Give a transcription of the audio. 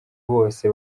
bose